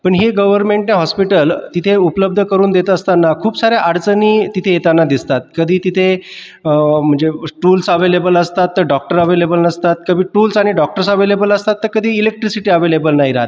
पण हे गव्हर्मेंटने हॉस्पिटल तिथे उपलब्ध करून देत असताना खूप सार्या अडचणी तिथे येताना दिसतात कधी तिथे म्हणजे टूल्स अव्हेलेबल असतात तर डॉक्टर अव्हेलेबल नसतात तर कधी टूल्स आणि डॉक्टर्स अव्हेलेबल असतात तर कधी इलेक्ट्रिसिटी अव्हेलेबल नाही राहात